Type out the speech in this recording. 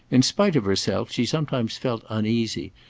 in spite of herself she sometimes felt uneasy,